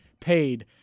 paid